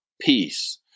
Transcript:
peace